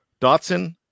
Dotson